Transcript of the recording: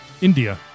India